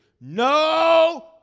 no